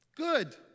good